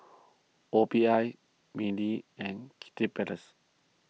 O P I Mili and Kiddy Palace